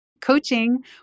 Coaching